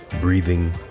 breathing